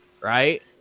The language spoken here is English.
Right